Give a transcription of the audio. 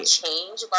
change